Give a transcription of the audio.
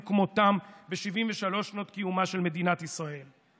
כמותם ב-73 שנות קיומה של מדינת ישראל.